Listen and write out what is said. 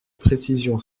précision